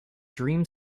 dream